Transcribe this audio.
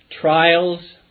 trials